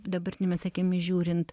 dabartinėmis akimis žiūrint